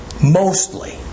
mostly